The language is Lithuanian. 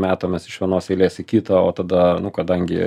metamės iš vienos eilės į kitą o tada nu kadangi